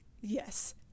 yes